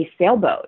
sailboat